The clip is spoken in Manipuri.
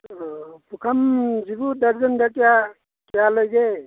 ꯑ ꯄꯨꯈꯝꯁꯤꯕꯨ ꯗ꯭ꯔꯖꯟꯗ ꯀꯌꯥ ꯀꯌꯥ ꯂꯩꯒꯦ